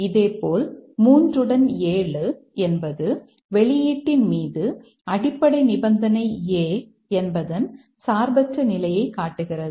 இதேபோல் 3 உடன் 7 என்பது வெளியீட்டின் மீது அடிப்படை நிபந்தனை A என்பதன் சார்பற்ற நிலையை காட்டுகிறது